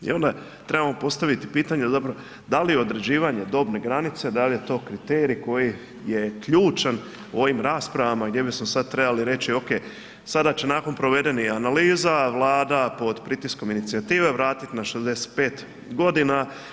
I onda trebamo postaviti pitanje, da li je određivane dobne granice da li je to kriterij koji je ključan u ovim raspravama gdje bismo sada trebali reći, ok sada će nakon provedenih analiza Vlada pod pritiskom inicijative vratiti na 65 godina.